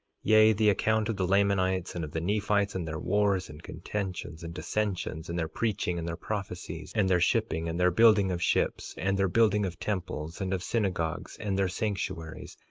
yea, the account of the lamanites and of the nephites, and their wars, and contentions, and dissensions, and their preaching, and their prophecies, and their shipping and their building of ships, and their building of temples, and of synagogues and their sanctuaries,